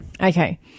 Okay